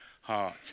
heart